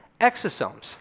exosomes